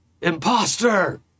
Imposter